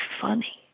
funny